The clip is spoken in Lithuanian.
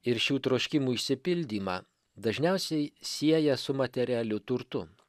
ir šių troškimų išsipildymą dažniausiai sieja su materialiu turtu